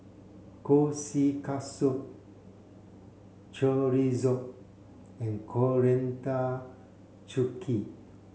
kushikatsu Chorizo and Coriander Chutney